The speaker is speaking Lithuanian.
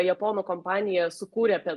japonų kompanija sukūrė apie